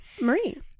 Marie